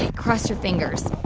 and cross your fingers.